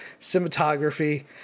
cinematography